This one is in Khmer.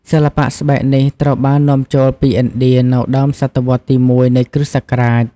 សិល្បៈស្បែកនេះ ត្រូវបាននាំចូលពីឥណ្ឌានៅដើមសតវត្សទី១ នៃគ្រិស្តសករាជ។